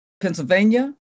Pennsylvania